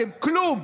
אתם כלום,